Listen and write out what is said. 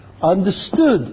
understood